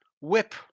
whip